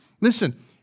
Listen